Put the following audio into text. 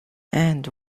and